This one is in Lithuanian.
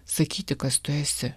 sakyti kas tu esi